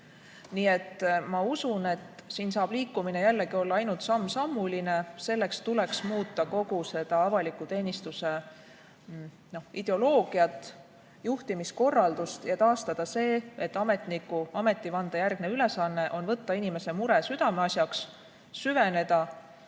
poole. Ma usun, et siin saab liikumine jällegi olla ainult sammsammuline. Selleks tuleks muuta kogu avaliku teenistuse ideoloogiat, juhtimiskorraldust ja taastada see, et ametniku ametivandejärgne ülesanne on võtta inimese mure südameasjaks, süveneda,